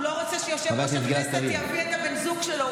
הוא לא רוצה שיושב-ראש הכנסת יביא את הבן זוג שלו,